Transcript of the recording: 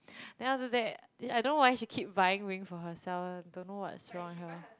then after that I don't know why she keep buying ring for herself don't know what's wrong with her